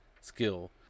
skill